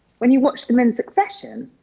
when you watch them in succession,